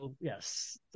Yes